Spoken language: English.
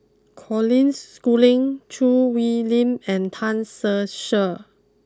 Colin Schooling Choo Hwee Lim and Tan Ser Cher